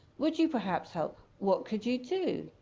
would you perhaps help? what could you do?